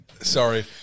sorry